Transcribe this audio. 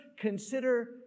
consider